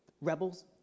rebels